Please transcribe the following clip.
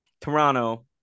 Toronto